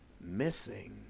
missing